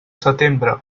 setembre